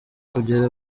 kongera